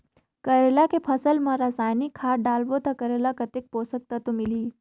करेला के फसल मा रसायनिक खाद डालबो ता करेला कतेक पोषक तत्व मिलही?